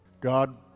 God